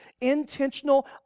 intentional